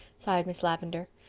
sighed miss lavendar.